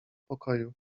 pokoju